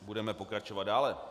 Budeme pokračovat dále.